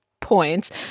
points